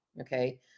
okay